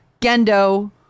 Gendo